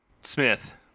Smith